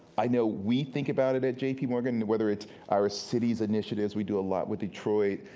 i know we think about it at j p. morgan, whether it's our cities initiatives, we do a lot with detroit,